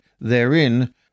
therein